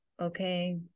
Okay